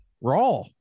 raw